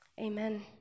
Amen